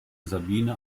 sabine